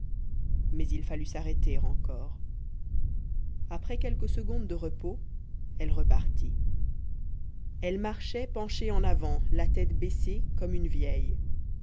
mais il fallut s'arrêter encore après quelques secondes de repos elle repartit elle marchait penchée en avant la tête baissée comme une vieille